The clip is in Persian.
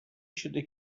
شده